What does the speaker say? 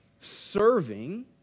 serving